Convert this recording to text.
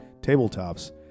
tabletops